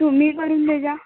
तुम्ही पण ये जा